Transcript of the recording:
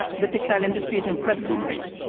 ah the textile industry is incredibly mobile.